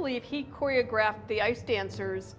believe he choreographed the ice dancers